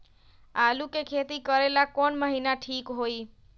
आलू के खेती करेला कौन महीना ठीक होई?